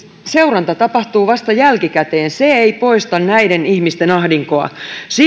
seuranta tapahtuu vasta jälkikäteen se ei poista näiden ihmisten ahdinkoa